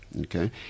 okay